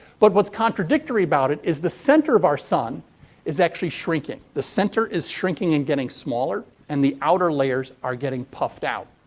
but, what's contradictory about it is the center of our sun is actually shrinking. the center is shrinking and getting smaller and the outer layers are getting puffed out.